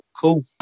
Cool